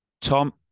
Tom